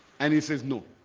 and he says no